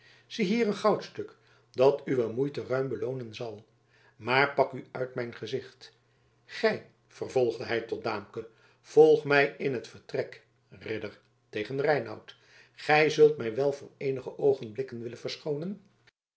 ziehier een goudstuk dat uwe moeite ruim beloonen zal maar pak u uit mijn gezicht gij vervolgde hij tot daamke volg mij in het zij vertrek ridder tegen reinout gij zult mij wel voor eenige oogenblikken willen verschoonen